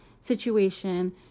situation